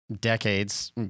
decades